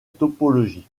topologie